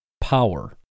power